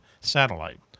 Satellite